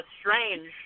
strange